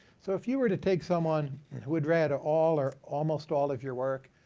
so if you were to take someone who had read all or almost all of your work,